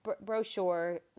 brochure